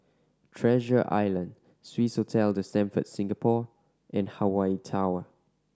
Treasure Island Swissotel The Stamford Singapore and Hawaii Tower